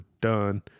done